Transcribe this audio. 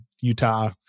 Utah